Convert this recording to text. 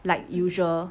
like usual